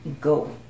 go